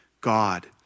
God